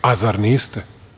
A, zar niste?